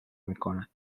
میکند